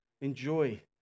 enjoy